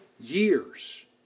years